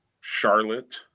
Charlotte